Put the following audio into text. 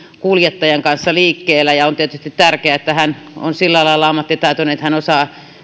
kuljettajan kanssa liikkeellä ja on tietysti tärkeää että hän on sillä lailla ammattitaitoinen että hän osaa